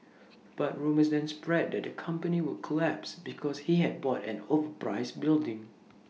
but rumours then spread that the company would collapse because he had bought an overpriced building